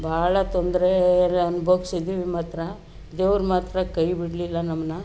ಭಾಳ ತೊಂದರೆ ಎಲ್ಲ ಅನ್ಬೋಗಿಸಿದ್ವಿ ಮಾತ್ರ ದೇವ್ರು ಮಾತ್ರ ಕೈ ಬಿಡಲಿಲ್ಲ ನಮ್ಮನ್ನು